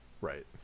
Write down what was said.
Right